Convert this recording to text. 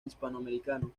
hispanoamericano